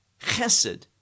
chesed